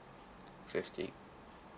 fifty